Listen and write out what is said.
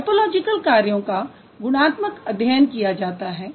typological कार्यों का गुणात्मक अध्ययन किया जा सकता है